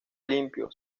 limpio